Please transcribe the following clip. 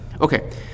okay